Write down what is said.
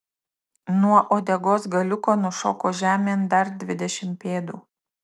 nuo uodegos galiuko nušoko žemėn dar dvidešimt pėdų